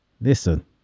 Listen